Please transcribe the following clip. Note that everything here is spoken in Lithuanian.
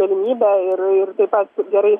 galimybe ir ir taip pat gerai